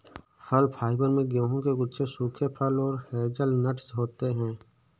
फल फाइबर में गेहूं के गुच्छे सूखे फल और हेज़लनट्स होते हैं